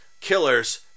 killers